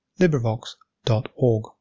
LibriVox.org